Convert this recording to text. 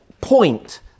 point